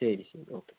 ശരി ശരി ഓക്കെ